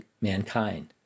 mankind